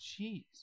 Jeez